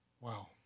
Wow